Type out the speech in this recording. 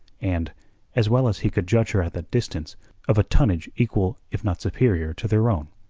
and as well as he could judge her at that distance of a tonnage equal if not superior to their own.